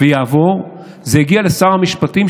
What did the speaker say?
ויעבור זה יגיע לשר המשפטים,